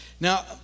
Now